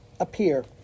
Appear